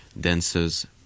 dancers